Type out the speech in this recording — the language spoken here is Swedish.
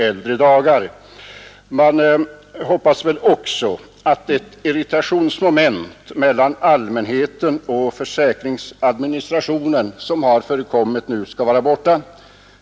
Vi hoppas också att ett irritationsmoment mellan allmänheten och försäkringsadministrationen därmed skall vara borta.